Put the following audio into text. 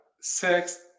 sex